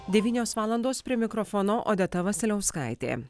devynios valandos prie mikrofono odeta vasiliauskaitė